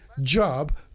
job